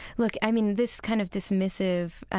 look, i mean, this kind of dismissive